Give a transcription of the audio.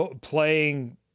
playing